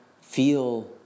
Feel